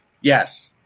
Yes